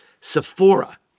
Sephora